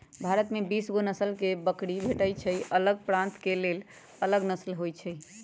भारत में बीसगो नसल के बकरी भेटइ छइ अलग प्रान्त के लेल अलग नसल होइ छइ